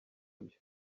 byo